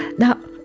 now,